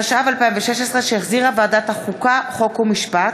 התשע"ו 2016, שהחזירה ועדת החוקה, חוק ומשפט.